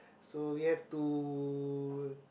so you have to